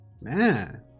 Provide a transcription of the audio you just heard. man